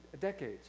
decades